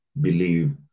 believe